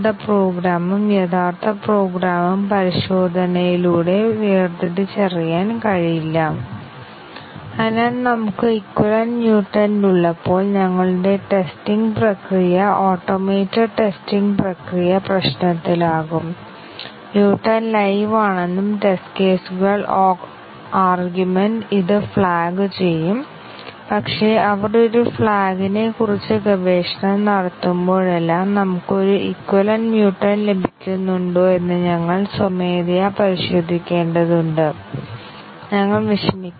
ഒരു ഉദാഹരണം നൽകാൻ നമുക്ക് ഈ C പ്രോഗ്രാം നോക്കാം ഇവിടെ നമുക്ക് സ്റ്റേറ്റ്മെൻറ് 2 ൽ കാണാനാകുന്നതുപോലെ a ക്ക് 5 അസൈൻ ചെയ്തിരിക്കുന്നു അല്ലെങ്കിൽ സ്റ്റേറ്റ്മെന്റ് 2 വേരിയബിൾ a നിർവ്വചിക്കുന്നു തുടർന്ന് നമുക്ക് സ്റ്റേറ്റ്മെന്റ് 3 ഉണ്ട് അത് വേരിയബിൾ c സ്റ്റേറ്റ്മെന്റ് 4 ഉപയോഗിക്കുന്നു d യുടെ ഉപയോഗങ്ങളായി എന്നാൽ നിങ്ങൾ സ്റ്റേറ്റ്മെന്റ് 5 നോക്കുകയാണെങ്കിൽ ഞങ്ങൾക്ക് വേരിയബിൾ a ഉപയോഗിക്കുന്നു